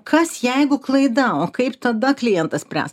kas jeigu klaida o kaip tada klientas spręs